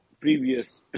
previous